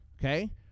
Okay